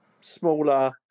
smaller